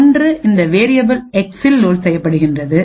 ஒன்று இந்த வேரியபில் எக்சில் லோட் செய்யப்படுகின்றது